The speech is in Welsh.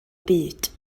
byd